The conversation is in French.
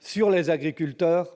sur les agriculteurs,